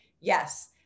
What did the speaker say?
Yes